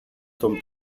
τον